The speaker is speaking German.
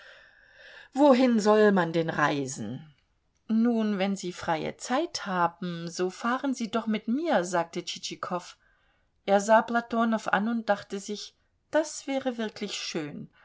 wohin soll man denn reisen nun wenn sie freie zeit haben so fahren sie doch mit mir sagte tschitschikow er sah platonow an und dachte sich das wäre wirklich schön